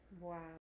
Wow